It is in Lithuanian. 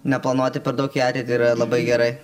neplanuoti per daug į ateitį yra labai gerai